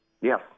Yes